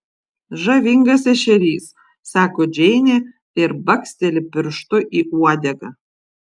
žavingas ešerys sako džeinė ir baksteli pirštu į uodegą